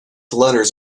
letters